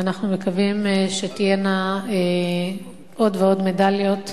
ואנחנו מקווים שתהיינה עוד ועוד מדליות,